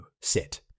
sit